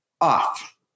off